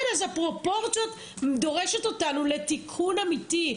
כן, אז הפרופורציה דורשת אותנו לתיקון אמיתי.